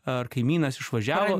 ar kaimynas išvažiavo